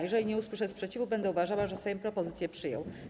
Jeżeli nie usłyszę sprzeciwu, będę uważała, że Sejm propozycję przyjął.